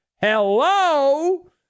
Hello